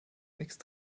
mixt